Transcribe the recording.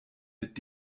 mit